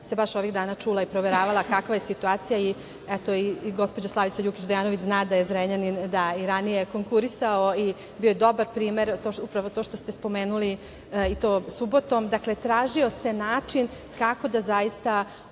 se baš ovih dana čula i proveravala kakva je situacija i, eto, i gospođa Slavica Đukić Dejanović zna da je Zrenjanin i ranije konkurisao i bio je dobar primer, upravo to što ste spomenuli, i to subotom, dakle, tražio se način kako da zaista